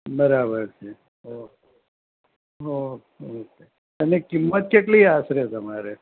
બરાબર છે okay okay okay અને કિંમત કેટલી આશરે તમારે